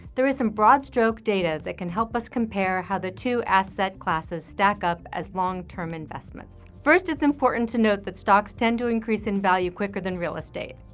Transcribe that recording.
there is some broad-stroke data that can help us compare how the two asset classes stack up as long-term investments. first, it's important to note that stocks tend to increase in value quicker than real estate.